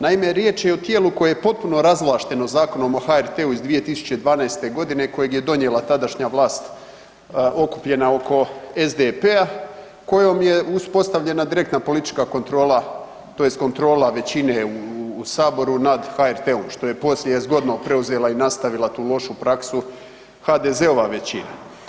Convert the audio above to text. Naime, riječ je o tijelu koje je potpuno razvlašteno Zakonom o HRT-u iz 2012. godine kojeg je donijela tadašnja vlast okupljena oko SDP-a kojom je uspostavljena direktna politička kontrola tj. kontrola većine u saboru nad HRT-om što je poslije zgodno preuzela i nastavila tu lošu praksu HDZ-ova većina.